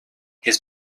his